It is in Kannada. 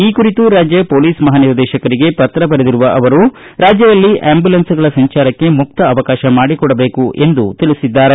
ಈ ಕುರಿತು ರಾಜ್ಯ ಮೊಲೀಸ್ ಮಹಾನಿರ್ದೇತಕರಿಗೆ ಪತ್ರ ಬರೆದಿರುವ ಅವರು ರಾಜ್ಯದಲ್ಲಿ ಆಂಬ್ಯುಲೆನ್ಗ್ಗಳ ಸಂಚಾರಕ್ಕೆ ಮುಕ್ತ ಅವಕಾಶ ಮಾಡಿಕೊಡಬೇಕು ಎಂದು ಸೂಚಿಸಿದ್ದಾರೆ